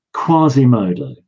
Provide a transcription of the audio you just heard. Quasimodo